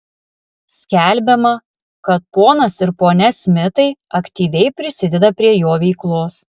skelbiama kad ponas ir ponia smitai aktyviai prisideda prie jo veiklos